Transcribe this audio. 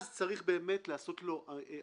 אז צריך לעשות לו המצאה.